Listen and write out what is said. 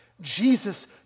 Jesus